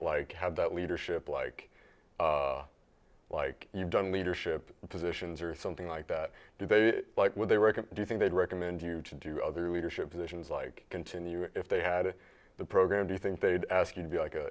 like have that leadership like like you done leadership positions or something like that do they like what they reckon do you think they'd recommend you to do other leadership positions like continue if they had the program do you think they'd ask you to be like a